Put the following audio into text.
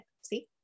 See